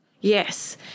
Yes